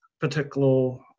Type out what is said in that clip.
particular